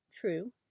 True